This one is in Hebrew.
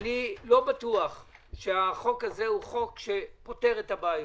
איני בטוח שהחוק הזה פוטר את הבעיות.